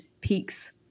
peaks